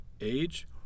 age